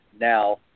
now